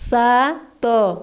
ସାତ